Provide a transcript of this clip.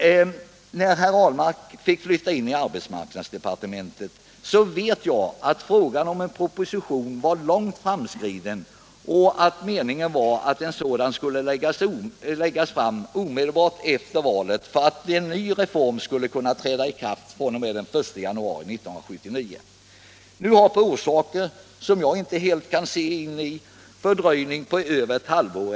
Jag vet att när herr Ahlmark fick flytta in i arbetsmarknadsdepartementet var frågan om en proposition långt framskriden och att meningen var att en proposition skulle läggas fram omedelbart efter valet, så att en ny reform skulle kunna träda i kraft den 1 januari 1979. Av orsaker som jag inte har full insyn i har det nu blivit en fördröjning på över ett halvt år.